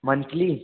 monthly